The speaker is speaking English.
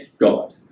God